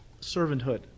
servanthood